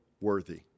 worthy